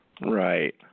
Right